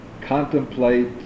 contemplate